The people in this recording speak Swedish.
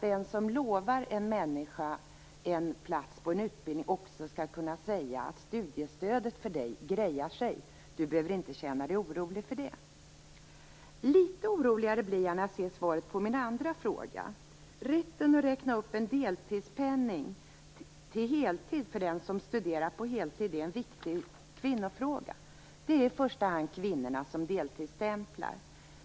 Den som lovar en människa en plats på en utbildning skall också kunna säga att studiestödet grejar sig och att man inte behöver känna sig orolig för det. Litet oroligare blir jag när jag ser svaret på min andra fråga. Rätten att räkna upp en deltidspenning till heltid för den som studerar på heltid är en viktig kvinnofråga. Det är i första hand kvinnorna som deltidsstämplar.